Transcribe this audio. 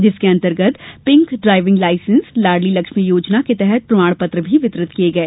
जिसके अंतर्गत pink driving licence Ladli Lakshmi योजना के प्रमाण पत्र वितरित किए गए